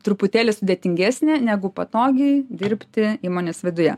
truputėlį sudėtingesnė negu patogiai dirbti įmonės viduje